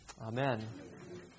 amen